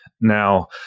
Now